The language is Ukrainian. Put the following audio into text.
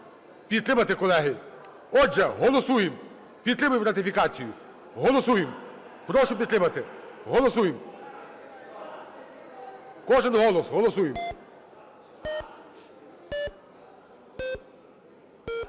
підтримати, колеги. Отже, голосуємо. Підтримуємо ратифікацію. Голосуємо. Прошу підтримати. Голосуємо. Кожен голос, голосуємо.